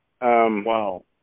Wow